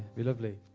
you're lovely.